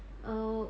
err